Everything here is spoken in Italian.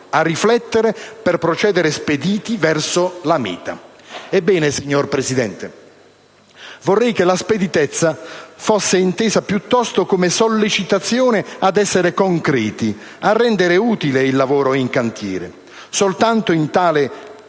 Ebbene, signor Presidente, vorrei che la speditezza fosse intesa piuttosto come sollecitazione ad essere concreti, a rendere utile il lavoro in cantiere. Soltanto in tale accezione